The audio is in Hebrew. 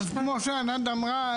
אז כמו שענת אמרה,